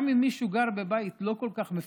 גם אם מישהו גר בבית לא כל כך מפותח,